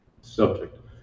subject